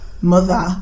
mother